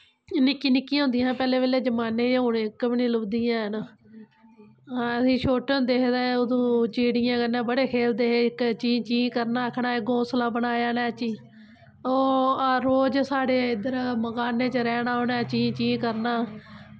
निक्की निक्कियां होंदियां हां पैह्ले पैह्ले जमान्ने च हून इक बी नेईं लभदियां हैन अस छोटे होंदे हे तां अदूं चिड़ियें कन्नै बड़े खेलदे हे इक चीं चीं करना आखना इ'नें घौंसला बनाया इनें ओह् रोज़ साढ़े इद्धर मकानें च रैह्ना उ'नें चीं चीं करना